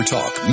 Talk